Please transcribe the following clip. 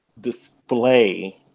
display